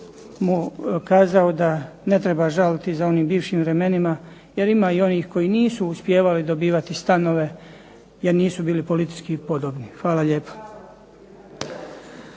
mu kazao da ne treba žaliti za onim bivšim vremenima jer ima i onih koji nisu uspijevali dobivati stanove jer nisu bili politički podobni. Hvala lijepa.